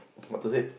what to said